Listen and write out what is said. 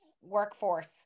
workforce